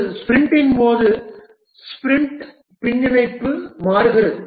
ஒரு ஸ்பிரிண்டின் போது ஸ்பிரிண்ட் பின்னிணைப்பு மாறுகிறது